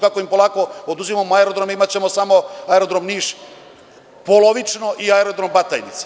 Kako im to lako oduzimamo aerodrome, imaćemo samo aerodrom Niš polovično i aerodrom Batajnica.